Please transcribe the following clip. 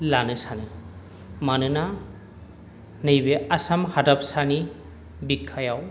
लानो सानो मानोना नैबे आसाम हादाबसानि बिखायाव